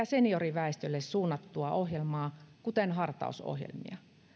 senioriväestölle suunnattua ohjelmaa kuten hartausohjelmia